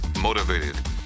motivated